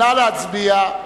נא להצביע.